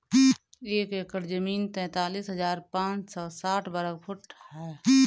एक एकड़ जमीन तैंतालीस हजार पांच सौ साठ वर्ग फुट ह